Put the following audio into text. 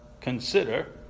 consider